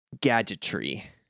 gadgetry